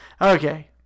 okay